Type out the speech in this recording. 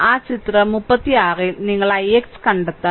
ആ ചിത്രം 36 ൽ നിങ്ങൾ ix കണ്ടെത്തണം